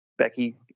Becky